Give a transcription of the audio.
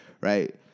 right